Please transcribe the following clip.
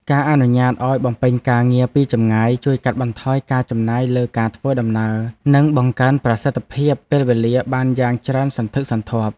ការអនុញ្ញាតឱ្យបំពេញការងារពីចម្ងាយជួយកាត់បន្ថយការចំណាយលើការធ្វើដំណើរ និងបង្កើនប្រសិទ្ធភាពពេលវេលាបានយ៉ាងច្រើនសន្ធឹកសន្ធាប់។